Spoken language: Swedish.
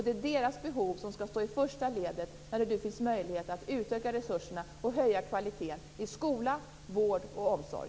Det är deras behov som skall stå i första ledet när det nu finns möjlighet att utöka resurserna och höja kvaliteten. Det gäller skola, vård och omsorg.